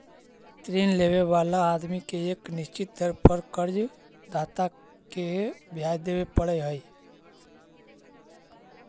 ऋण लेवे वाला आदमी के एक निश्चित दर पर कर्ज दाता के ब्याज देवे पड़ऽ हई